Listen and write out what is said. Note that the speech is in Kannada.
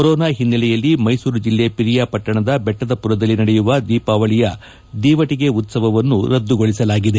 ಕೊರೊನಾ ಹಿನ್ನೆಲೆಯಲ್ಲಿ ಮೈಸೂರು ಜಿಲ್ಲೆ ಪಿರಿಯಾಪಟ್ಟಣದ ಬೆಟ್ಟದಪುರದಲ್ಲಿ ನಡೆಯುವ ದೀಪಾವಳಿಯ ದೀವಟಿಗೆ ಉತ್ಸವವನ್ನ ರದ್ದುಗೊಳಿಸಲಾಗಿದೆ